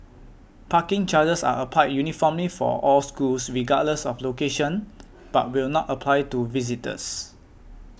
parking charges are applied uniformly for all schools regardless of location but will not apply to visitors